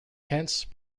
hence